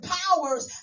powers